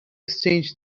strange